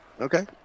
Okay